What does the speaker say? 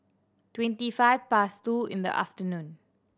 twenty five past two in the afternoon